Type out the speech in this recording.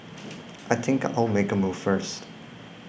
I think I'll make a move first